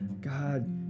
God